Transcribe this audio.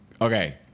Okay